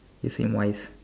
you seem wise